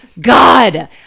God